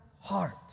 hearts